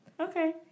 Okay